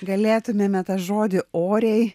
galėtumėme tą žodį oriai